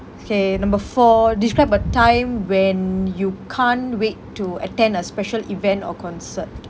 K number four describe a time when you can't wait to attend a special event or concert